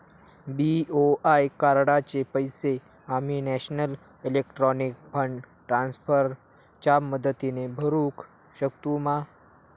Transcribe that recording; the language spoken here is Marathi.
बी.ओ.आय कार्डाचे पैसे आम्ही नेशनल इलेक्ट्रॉनिक फंड ट्रान्स्फर च्या मदतीने भरुक शकतू मा?